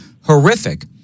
horrific